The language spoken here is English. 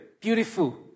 beautiful